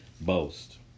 boast